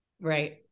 Right